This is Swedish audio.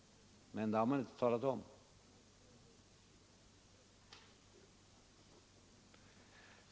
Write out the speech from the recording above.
Men det har man inte talat om.